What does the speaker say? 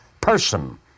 person